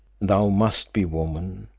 thou must be woman,